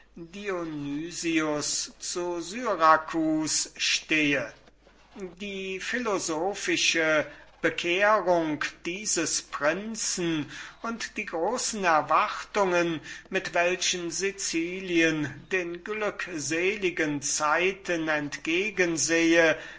syracus stehe die philosophische bekehrung dieses prinzen und die großen erwartungen mit welchen sicilien den glückseligen zeiten entgegensehe